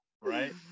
Right